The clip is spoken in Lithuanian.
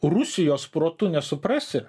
rusijos protu nesuprasi